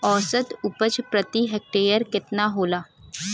औसत उपज प्रति हेक्टेयर केतना होला?